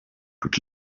could